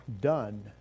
done